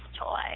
toy